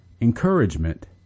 encouragement